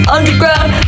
Underground